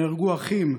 נהרגו אחים,